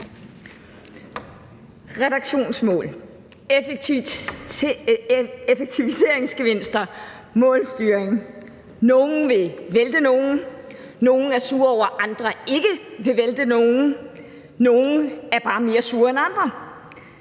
Reduktionsmål, effektiviseringsgevinster, målstyring, nogle vil vælte nogen, nogle er sure over, at andre ikke vil vælte nogen – og nogle er bare mere sure end andre.